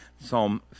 Psalm